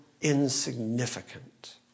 insignificant